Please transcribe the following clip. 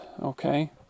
okay